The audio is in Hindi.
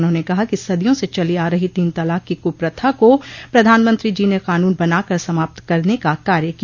उन्होंने कहा कि सदिया से चली आ रही तीन तलाक की क्प्रथा को प्रधानमंत्री जी ने कानून बनाकर समाप्त करने का कार्य किया